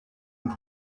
und